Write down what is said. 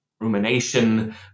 Rumination